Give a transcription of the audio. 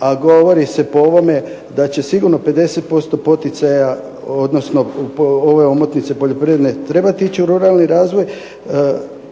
a govori se po ovome da će sigurno 50% poticaja odnosno ove poljoprivredne omotnice trebati ići u ruralni razvoj.